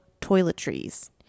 toiletries